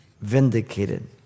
vindicated